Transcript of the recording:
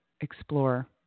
explore